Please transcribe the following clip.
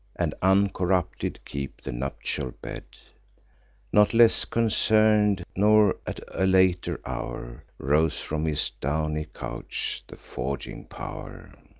and uncorrupted keep the nuptial bed not less concern'd, nor at a later hour, rose from his downy couch the forging pow'r.